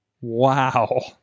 Wow